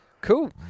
cool